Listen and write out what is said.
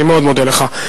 אני מאוד מודה לך.